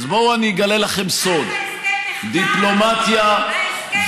אז בואו אני אגלה לכם סוד: דיפלומטיה ומדינאות,